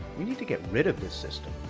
we need to get rid of this system,